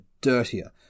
dirtier